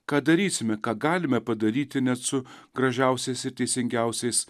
ką darysime ką galime padaryti net su gražiausiais ir teisingiausiais